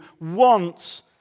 wants